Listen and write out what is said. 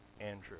Andrew